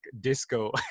disco